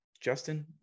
Justin